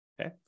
Okay